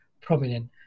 prominent